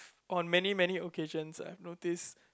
on many many occasions I've noticed